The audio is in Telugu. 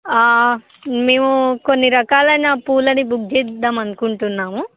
మేము కొన్ని రకాలైన పూలని బుక్ చేద్దామనుకుంటున్నాము